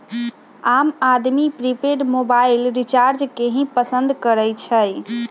आम आदमी prepaid mobile recharge के ही पसंद करई छई